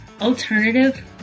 alternative